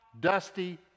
dusty